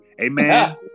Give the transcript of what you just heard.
Amen